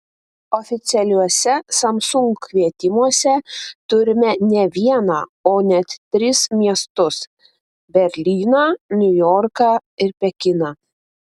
oficialiuose samsung kvietimuose turime ne vieną o net tris miestus berlyną niujorką ir pekiną